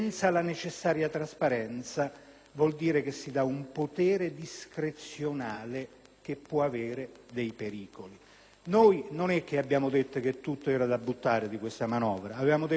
vuol dire dare un potere discrezionale, che può avere dei pericoli. Non abbiamo detto che tutto era da buttare di questa manovra. Avevamo detto che il *bonus* delle famiglie andava bene,